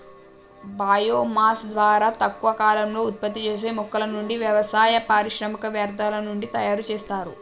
bio mass ద్వారా తక్కువ కాలంలో ఉత్పత్తి చేసే మొక్కల నుండి, వ్యవసాయ, పారిశ్రామిక వ్యర్థాల నుండి తయరు చేస్తారు